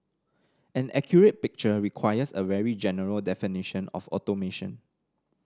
an accurate picture requires a very general definition of automation